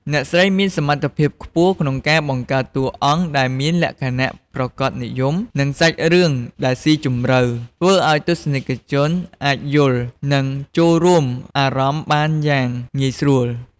អ្នកស្រីមានសមត្ថភាពខ្ពស់ក្នុងការបង្កើតតួអង្គដែលមានលក្ខណៈប្រាកដនិយម និងសាច់រឿងដែលស៊ីជម្រៅ ធ្វើឱ្យទស្សនិកជនអាចយល់ និងចូលរួមអារម្មណ៍បានយ៉ាងងាយស្រួល។